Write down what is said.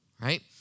right